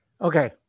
Okay